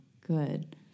good